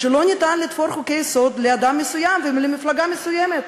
לא ניתן לתפור חוקי-יסוד לאדם מסוים ולמפלגה מסוימת.